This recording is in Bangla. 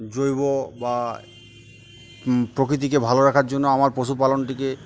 জৈব বা প্রকৃতিকে ভালো রাখার জন্য আমার পশুপালনটিকে